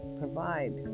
provide